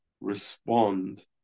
respond